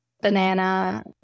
banana